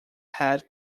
had